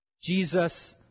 Jesus